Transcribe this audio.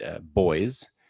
boys